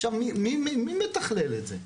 עכשיו מי מתכלל את זה?